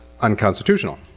unconstitutional